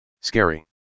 Scary